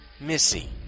Missy